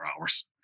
hours